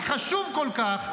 החשוב כל כך,